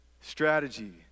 Strategy